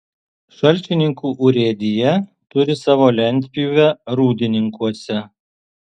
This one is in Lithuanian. šalčininkų urėdija turi savo lentpjūvę rūdininkuose